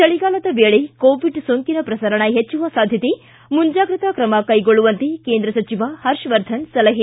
ಚಳಿಗಾಲದ ವೇಳೆ ಕೋವಿಡ್ ಸೋಂಕಿನ ಪ್ರಸರಣ ಹೆಚ್ಚುವ ಸಾಧ್ಯತೆ ಮುಂಜಾಗ್ರತಾ ಕ್ರಮ ಕೈಗೊಳ್ಳುವಂತೆ ಕೇಂದ್ರ ಸಚಿವ ಹರ್ಷವರ್ಧನ್ ಸಲಹೆ